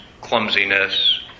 clumsiness